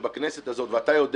כדי לוודא שבכנסת הזו ואתה יודע,